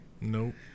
Nope